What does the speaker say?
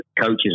coaches